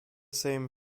same